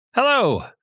Hello